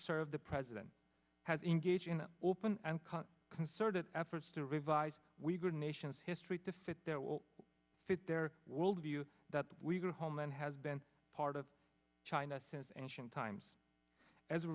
serve the president has engage in an open and concerted efforts to revise weaker nations history to fit their will fit their world view that we are home and has been part of china since ancient times as a